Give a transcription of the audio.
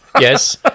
Yes